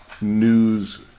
News